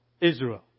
Israel